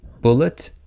bullet